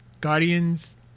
Guardians